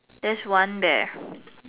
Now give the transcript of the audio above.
there's one there